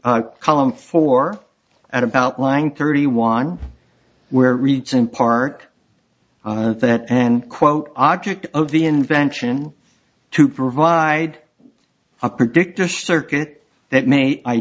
forty column for at about lying thirty one where reads in part on that and quote object of the invention to provide a predictor circuit that may i